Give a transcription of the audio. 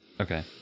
Okay